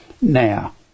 now